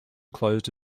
closed